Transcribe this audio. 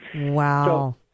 Wow